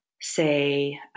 say